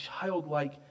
childlike